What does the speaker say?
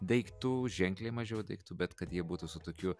daiktų ženkliai mažiau daiktų bet kad jie būtų su tokiu